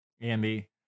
andy